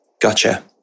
Gotcha